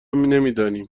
نمیدانیم